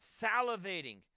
salivating